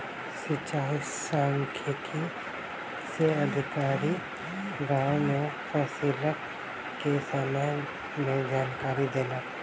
सिचाई सांख्यिकी से अधिकारी, गाम में फसिलक के विषय में जानकारी देलक